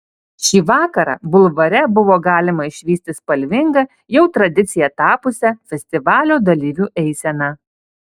šį vakarą bulvare buvo galima išvysti spalvingą jau tradicija tapusią festivalio dalyvių eiseną